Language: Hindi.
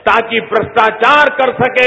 ताकि भ्रष्टाचार कर सकें